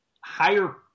higher